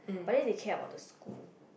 but then they care about the school